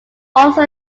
also